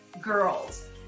Girls